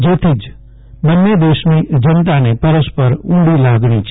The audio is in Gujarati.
તેથી જ બંન્ને દેશની જનતાને પરસ્પર ઉંડી લાગણી છે